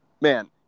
man